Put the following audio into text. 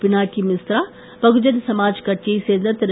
பினாக்கி மிஸ்ரா பகுஜன் சமாஜ் கட்சியைச் சேர்ந்த திரு